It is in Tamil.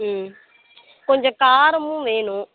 ம் கொஞ்சம் காரமும் வேணும்